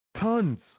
Tons